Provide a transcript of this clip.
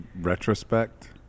retrospect